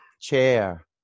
Chair